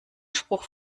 spruch